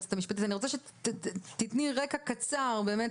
היועצת המשפטית אני רוצה שתיתני רקע קצר באמת